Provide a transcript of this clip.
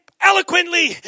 eloquently